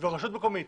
ורשות מקומית